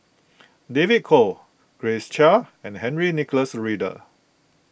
David Kwo Grace Chia and Henry Nicholas Ridley